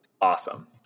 Awesome